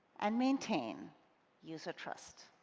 and maintain user trust